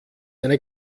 eine